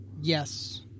Yes